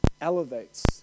elevates